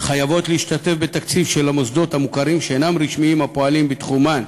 חייבות להשתתף בתקציב של המוסדות המוכרים שאינם רשמיים הפועלים בתחומן,